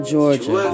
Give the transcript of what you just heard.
Georgia